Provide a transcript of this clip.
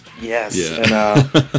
Yes